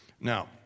Now